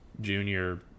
Junior